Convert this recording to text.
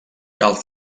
cal